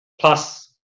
Plus